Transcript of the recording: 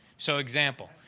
so example,